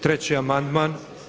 Treći amandman.